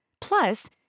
Plus